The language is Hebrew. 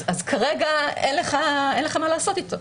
אז כרגע אין לך מה לעשות איתו.